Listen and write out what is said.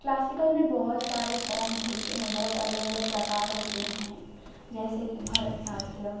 classical में बहुत सारे फ़ॉर्म होते हैं बहुत अलग अलग प्रकार होते हैं जैसे कि भरतनाट्यम